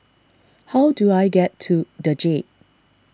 how do I get to the Jade